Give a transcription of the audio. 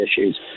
issues